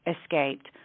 escaped